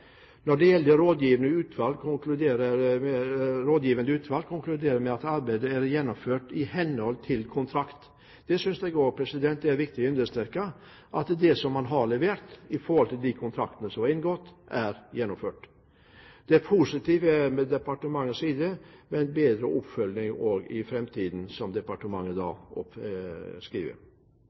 Rådgivende utvalg konkluderer med at arbeidet er gjennomført i henhold til kontrakt. Jeg synes også det er viktig å understreke at det man har levert i forhold til de kontraktene som er inngått, er gjennomført. I departementet er man positiv til bedre oppfølging i framtiden, som de skriver. Det er et sentralt mål i